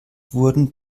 wurden